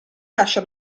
lascia